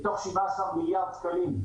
מתוך 17 מיליארד שקלים,